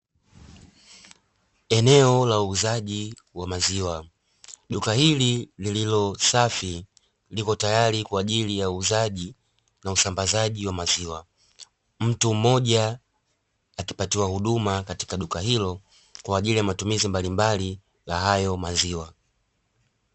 Eneo la uuzaji wa maziwa duka hili lililo safi liko tayari kwa ajili ya uuzaji uzaji na usambazaji wa maziwa, mtu mmoja akipatiwa huduma katika duka hilo, kwa ajili ya matumizi mbalimbali na hayo maziwa.